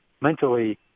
Mentally